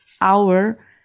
hour